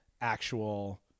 actual